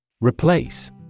Replace